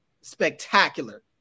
spectacular